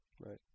right